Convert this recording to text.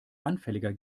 anfälliger